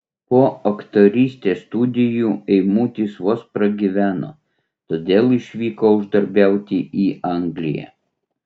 po aktorystės studijų eimutis vos pragyveno todėl išvyko uždarbiauti į angliją